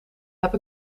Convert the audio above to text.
heb